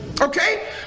Okay